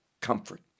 comfort